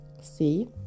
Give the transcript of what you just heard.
See